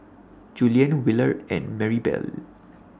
Julien Willard and Marybelle